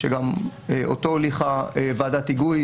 בהסכמת כל השותפים לוועדת ההיגוי,